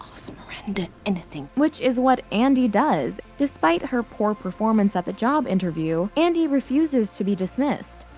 miranda anything. which is what andy does. despite her poor performance at the job interview, andy refuses to be dismissed.